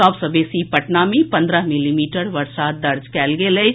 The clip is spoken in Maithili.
सभसँ बेसी पटना मे पन्द्रह मिलीमीटर वर्षा दर्ज कयल गेल अछि